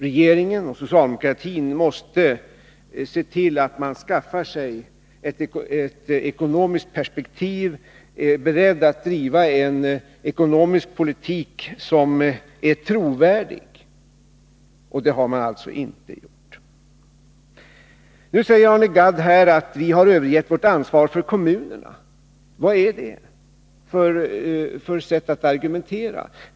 Regeringen och socialdemokratin måste se till att man skaffar sig ett ekonomiskt perspektiv, att man är beredd att driva en ekonomisk politik som är trovärdig, men det har man inte gjort. Nu säger Arne Gadd att vi har övergett vårt ansvar för kommunerna. Vad är det för sätt att argumentera?